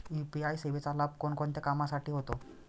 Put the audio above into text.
UPI सेवेचा लाभ कोणकोणत्या कामासाठी होतो?